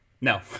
No